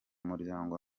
muryango